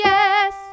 Yes